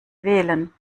wählen